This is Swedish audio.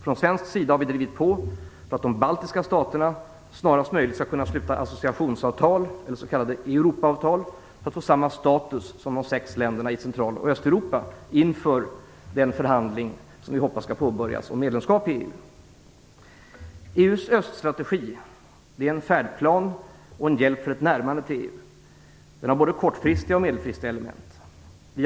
Från svensk sida har vi drivit på för att de baltiska staterna snarast möjligt skall kunna sluta associationsavtal, s.k. Europaavtal, för att få samma status som de sex länderna i Central och Östeuropa inför de förhandlingar som vi hoppas skall påbörjas om medlemskap i EU. EU:s öststrategi är en färdplan och en hjälp vid ett närmande till EU. Den har både kortfristiga och medelfristiga element.